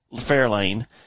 Fairlane